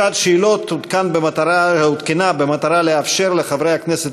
שעת השאלות הותקנה במטרה לאפשר לחברי הכנסת